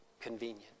convenient